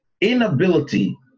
inability